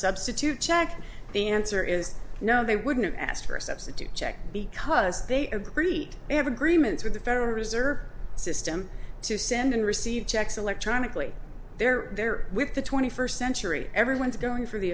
substitute check the answer is no they wouldn't ask for a substitute check because they agreed they have agreements with the federal reserve system to send and receive checks electronically they're there with the twenty first century everyone's going for the